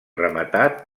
rematat